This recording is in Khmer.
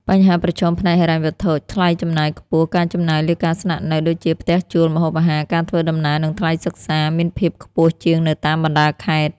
បញ្ហាប្រឈមផ្នែកហិរញ្ញវត្ថុថ្លៃចំណាយខ្ពស់ ការចំណាយលើការស្នាក់នៅដូចជា ផ្ទះជួល ម្ហូបអាហារ ការធ្វើដំណើរ និងថ្លៃសិក្សា មានភាពខ្ពស់ជាងនៅតាមបណ្តាខេត្ត។